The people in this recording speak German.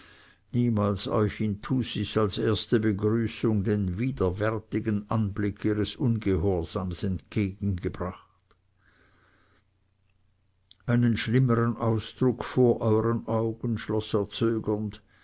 niemals euch in thusis als erste begrüßung den widerwärtigen anblick ihres ungehorsams entgegengebracht einen schlimmern ausbruch vor euern augen schloß er